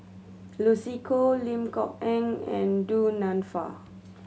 Lucy Koh Lim Kok Ann and Du Nanfa